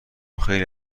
خیلی